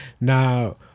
now